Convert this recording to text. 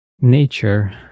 nature